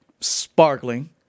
sparkling